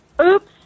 oops